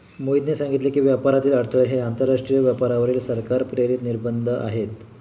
मोहितने सांगितले की, व्यापारातील अडथळे हे आंतरराष्ट्रीय व्यापारावरील सरकार प्रेरित निर्बंध आहेत